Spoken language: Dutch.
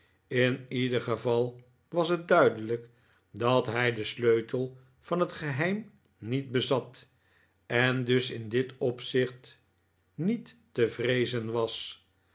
in ieder geval was het duidelijk dat hij den sleutel van het geheim niet bezat en dus in dit opzicht niet te vreezen was